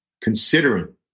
considering